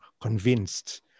convinced